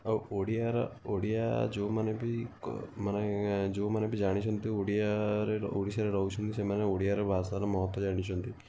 ଆଉ ଓଡ଼ିଆର ଓଡ଼ିଆ ଯେଉଁମାନେ ବି ମାନେ ଯେଉଁମାନେ ବି ଜାଣିଛନ୍ତି ଓଡ଼ିଆ ଓଡ଼ିଶାରେ ରହୁଛନ୍ତି ସେମାନେ ଓଡ଼ିଶାର ଭାଷାର ମହତ୍ଵ ଜାଣିଛନ୍ତି